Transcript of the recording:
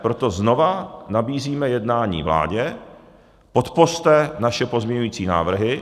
Proto znovu nabízíme jednání vládě, podpořte naše pozměňovací návrhy.